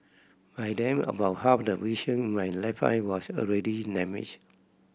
by then about half of the vision in my left eye was already damaged